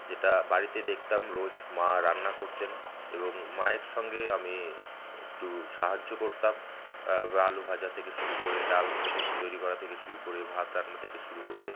যেটা বাড়িতে দেখতাম রোজ মা রান্না করতেন এবং মায়ের সঙ্গে আমি একটু সাহায্য করতাম আলু ভাজা থেকে শুরু করে ডাল থেকে তৈরি করা থেকে শুরু করে ভাত রান্না থেকে শুরু করে